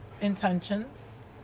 intentions